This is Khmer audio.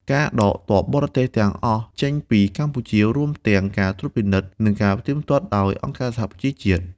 ការដកទ័ពបរទេសទាំងអស់ចេញពីកម្ពុជា រួមទាំងការត្រួតពិនិត្យ និងផ្ទៀងផ្ទាត់ដោយអង្គការសហប្រជាជាតិ។